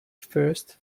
first